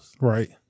Right